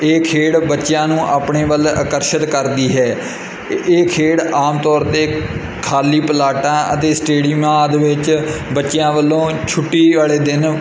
ਇਹ ਖੇਡ ਬੱਚਿਆਂ ਨੂੰ ਆਪਣੇ ਵੱਲ ਆਕਰਸ਼ਿਤ ਕਰਦੀ ਹੈ ਇ ਇਹ ਖੇਡ ਆਮ ਤੌਰ 'ਤੇ ਖਾਲੀ ਪਲਾਟਾਂ ਅਤੇ ਸਟੇਡੀਅਮ ਆਦਿ ਵਿੱਚ ਬੱਚਿਆਂ ਵੱਲੋਂ ਛੁੱਟੀ ਵਾਲੇ ਦਿਨ